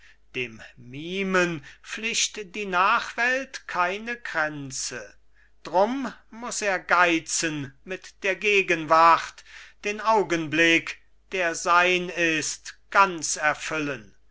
dem mimen flicht die nachwelt keine kränze drum muß er geizen mit der gegenwart den augenblick der sein ist ganz erfüllen